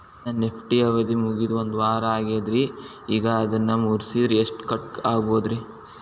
ನನ್ನ ಎಫ್.ಡಿ ಅವಧಿ ಮುಗಿದು ಒಂದವಾರ ಆಗೇದ್ರಿ ಈಗ ಅದನ್ನ ಮುರಿಸಿದ್ರ ಎಷ್ಟ ಕಟ್ ಆಗ್ಬೋದ್ರಿ?